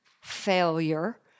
failure